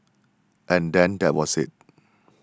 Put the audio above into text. and then that was it